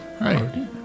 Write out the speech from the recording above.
Right